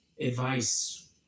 advice